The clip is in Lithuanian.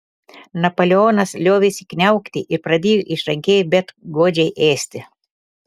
napoleonas liovėsi kniaukti ir pradėjo išrankiai bet godžiai ėsti